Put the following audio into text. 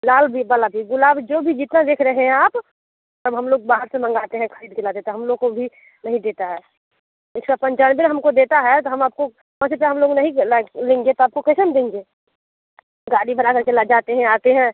लाल भी बला भी गुलाब जो भी जितना देख रहे हैं आप अब हम लोग बाहर से मंगाते हैं खरीद कर ला देता है हम लोग को भी नहीं देता है एक सौ पंचानवे हमको देता है तो हम आपको हम लोग नहीं लैग लेंगे तो आपको कैसे हम देंगे गाड़ी भाड़ा करके ल जाते हैं आते हैं